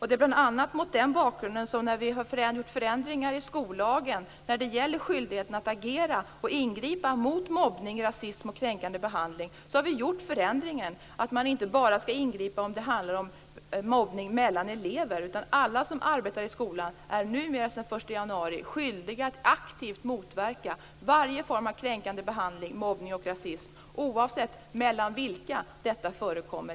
Det är bl.a. mot den bakgrunden som vi i fråga om skollagen vad gäller skyldigheten att agera och ingripa mot mobbning, rasism och kränkande behandling har infört att man inte bara skall ingripa om det handlar om mobbning mellan elever, utan alla som arbetar i skolan är numera, från den 1 januari, skyldiga att aktivt motverka varje form av kränkande behandling, mobbning och rasism i skolan, oavsett mellan vilka detta förekommer.